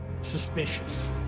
suspicious